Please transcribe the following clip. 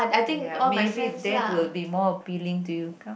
ya maybe that will be more appealing to you come